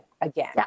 again